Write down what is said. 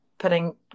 putting